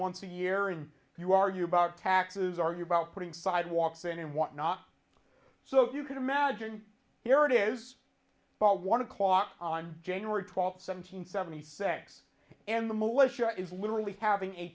once a year and you argue about taxes argue about putting sidewalks and whatnot so you can imagine here it is about one o'clock on january twelfth seven hundred seventy six and the militia is literally having a